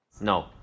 No